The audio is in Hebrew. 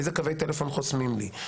איזה קווי טלפון חוסמים לי,